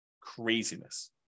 Craziness